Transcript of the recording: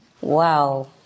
Wow